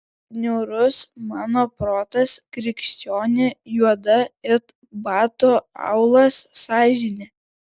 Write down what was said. niūrus mano protas krikščioni juoda it bato aulas sąžinė